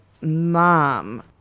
mom